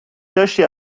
داشتی